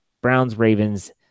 Browns-Ravens